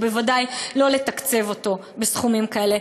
ובוודאי לא לתקצב אותו בסכומים כאלה,